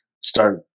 start